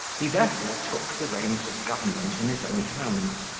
he therefore took the reins of government in his own hands,